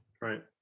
Right